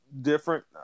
different